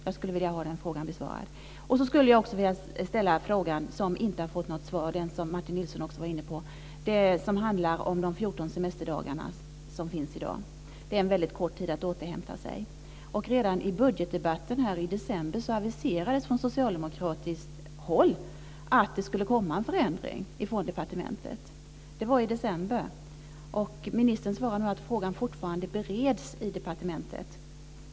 Jag skulle vilja ha den frågan besvarad. Jag skulle också vilja ställa den fråga som inte har fått något svar och som även Martin Nilsson var inne på. Den handlar om de 14 semesterdagar som finns i dag. Det är en väldigt kort tid att återhämta sig på. Redan i budgetdebatten i december aviserades från socialdemokratiskt håll att det skulle komma en förändring ifrån departementet. Det var i december. Ministern svarar nu att frågan fortfarande bereds i departementet.